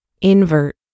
Invert